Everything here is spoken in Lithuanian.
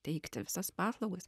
teikti visas paslaugas